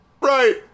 Right